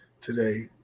today